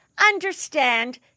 understand